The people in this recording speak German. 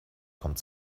kommt